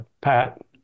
Pat